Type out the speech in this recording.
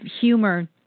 humor